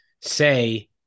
say